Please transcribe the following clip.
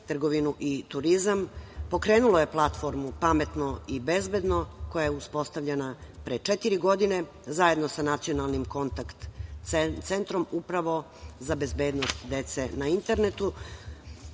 trgovinu i turizam pokrenulo je platformu „Pametno i bezbedno“, koja je uspostavljena pre četiri godine zajedno sa Nacionalnim kontakt centrom, upravo za bezbednost dece na internetu.